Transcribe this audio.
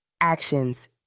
Actions